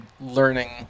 learning